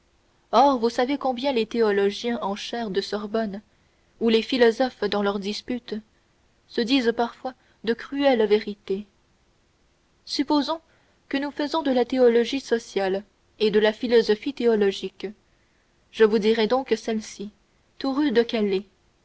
or vous savez combien les théologiens en chaire de sorbonne ou les philosophes dans leurs disputes se disent parfois de cruelles vérités supposons que nous faisons de la théologie sociale et de la philosophie théologique je vous dirai donc celle-ci toute rude